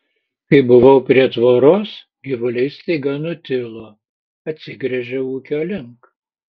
kai buvau prie tvoros gyvuliai staiga nutilo atsigręžiau ūkio link